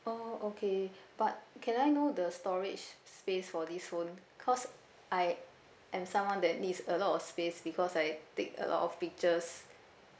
oh okay but can I know the storage space for this phone cause I am someone that needs a lot of space because I take a lot of pictures